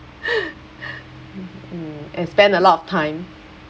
mmhmm and spend a lot of time